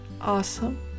awesome